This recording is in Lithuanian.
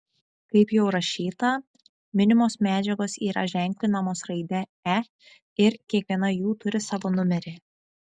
kaip jau rašyta minimos medžiagos yra ženklinamos raide e ir kiekviena jų turi savo numerį